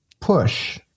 push